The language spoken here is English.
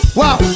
wow